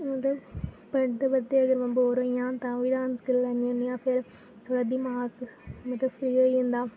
मतलब पढ़दे पढ़दे अगर में बोर होई जां तां बी डांस करी लैनी होनी आं थोह्ड़ा दिमाग मतलब फ्री होई जंदा